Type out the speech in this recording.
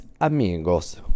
amigos